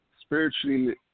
spiritually